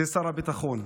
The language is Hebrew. זה שר הביטחון,